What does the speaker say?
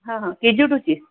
हां हां के जी टूची